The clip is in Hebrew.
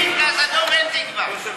פנקס אדום אין לי כבר.